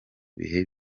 bihe